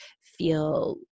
feel